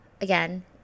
Again